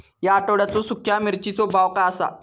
या आठवड्याचो सुख्या मिर्चीचो भाव काय आसा?